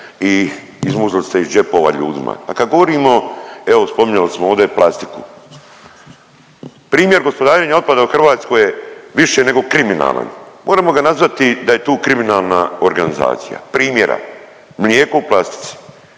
i izmuzli ste iz džepova ljudima. A kad govorimo, evo spominjali smo ovdje plastiku, primjer gospodarenja otpadom u Hrvatskoj je više nego kriminalan, moremo ga nazvati da je tu kriminalna organizacija. Primjera, mlijeko u plastici